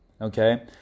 Okay